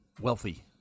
wealthy